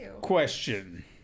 question